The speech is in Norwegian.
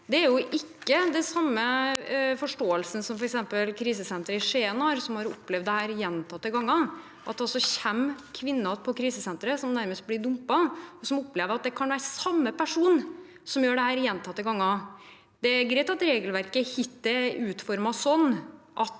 Det er ikke den samme forståelsen som f.eks. krisesenteret i Skien har, som har opplevd dette gjentatte ganger, at det altså kommer kvinner som nærmest blir dumpet på krisesenteret, og som opplever at det kan være samme person som gjør dette gjentatte ganger. Det er greit at regelverket hittil er utformet sånn at